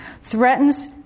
threatens